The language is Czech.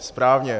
Správně.